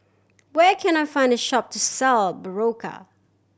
where can I find a shop to sell Berocca